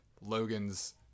logan's